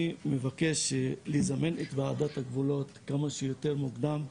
אני מבקש לזמן את ועדת הגבולות כמה שיותר מוקדם,